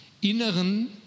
inneren